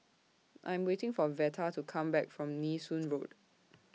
I Am waiting For Veta to Come Back from Nee Soon Road